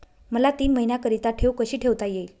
मला तीन महिन्याकरिता ठेव कशी ठेवता येईल?